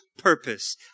purpose